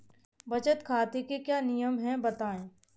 बचत खाते के क्या नियम हैं बताएँ?